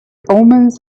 omens